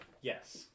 Yes